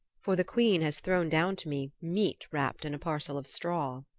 for the queen has thrown down to me meat wrapped in a parcel of straw.